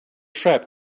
trap